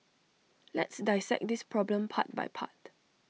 let's dissect this problem part by part